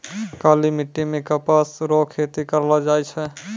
काली मिट्टी मे कपास रो खेती करलो जाय छै